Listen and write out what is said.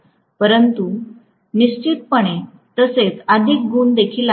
परंतु निश्चितपणे तसेच अधिक गुण देखील आहेत